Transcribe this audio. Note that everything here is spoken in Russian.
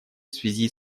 связи